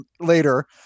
later